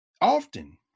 Often